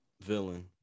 villain